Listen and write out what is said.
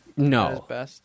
No